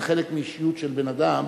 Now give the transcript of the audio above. זה חלק מהאישיות של בן-אדם,